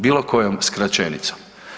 Bilo kojom skraćenicom.